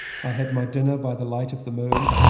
i had my dinner by the light of the moon,